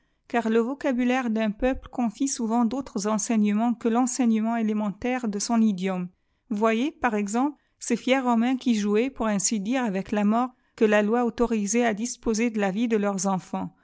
car le vocabulaire d'un peuple contient souvent dautres enseignements que l'enseignement élémentaire de son idiome voyez par exemple ces fiers romanis qui jouaient pour ainsi dire avec la mort que la loi autorisait à disposer de la vie de leurs enfants